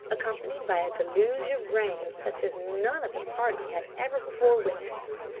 accompanied by a deluge of rain such as none of the party had ever before witnessed.